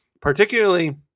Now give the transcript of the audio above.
particularly